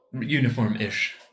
uniform-ish